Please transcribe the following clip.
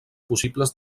possibles